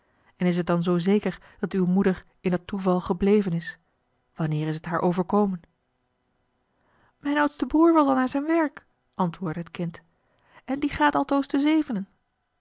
en is het dan zoo zeker dat uwe moeder in dat toeval gebleven is wanneer is het haar overkomen mijn oudste broêr was al naar zijn werk antwoordde het kind en die gaat altoos te zevenen